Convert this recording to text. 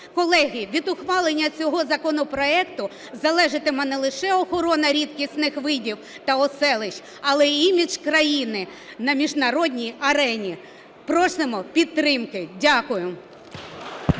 Колеги, від ухвалення цього законопроекту залежатиме не лише охорона рідкісних видів та оселищ, але й імідж країни на міжнародній арені. Просимо підтримки. Дякую.